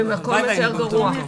לא באותו מקום.